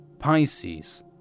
Pisces